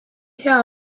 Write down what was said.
hea